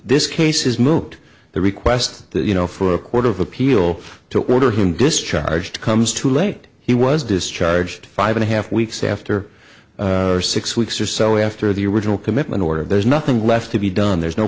this case is milked the request that you know for a court of appeal to order him discharged comes too late he was discharged five and a half weeks after six weeks or so after the original commitment order there's nothing left to be done there's no